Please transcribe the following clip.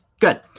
Good